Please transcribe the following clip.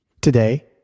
Today